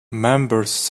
members